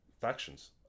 Factions